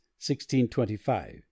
1625